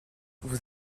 vous